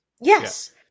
yes